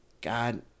God